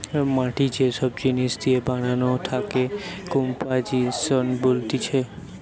মাটি যে সব জিনিস দিয়ে বানানো তাকে কম্পোজিশন বলতিছে